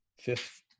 fifth